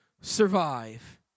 survive